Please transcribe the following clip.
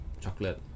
chocolate